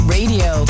Radio